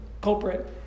culprit